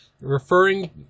referring